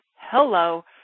hello